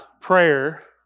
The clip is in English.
prayer